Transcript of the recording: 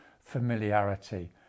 familiarity